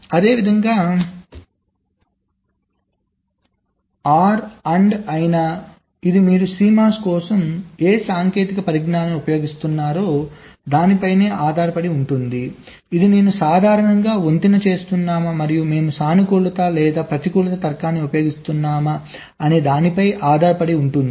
అదేవిధంగా OR AND అయినా ఇది మీరు CMOS కోసం ఏ సాంకేతిక పరిజ్ఞానాన్ని ఉపయోగిస్తున్నారనే దానిపై ఆధారపడి ఉంటుంది ఇది నేను సాధారణంగా వంతెన చేస్తున్నామా మరియు మేము సానుకూల లేదా ప్రతికూల తర్కాన్ని ఉపయోగిస్తున్నామా అనే దానిపై ఆధారపడి ఉంటుంది